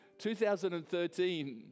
2013